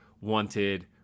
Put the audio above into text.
wanted